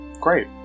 Great